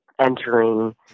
entering